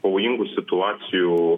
pavojingų situacijų